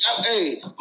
Hey